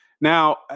Now